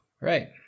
right